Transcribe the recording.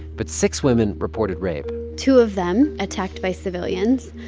but six women reported rape two of them attacked by civilians,